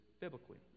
biblically